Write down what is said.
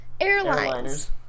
airlines